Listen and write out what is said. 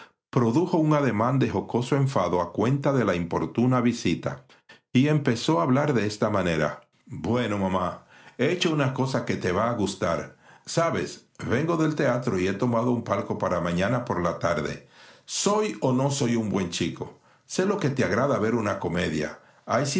produjo un ademán de jocoso enfado a cuenta de la importuna visita y empezó a hablar de esta manera bueno mamá he hecho una cosa que te va a gustar vengo del teatro y he tomado un palco para mañana por la tarde soy o no soy un buen chico sé lo que te agrada ver una comedia